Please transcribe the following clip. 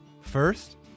First